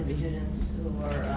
students who were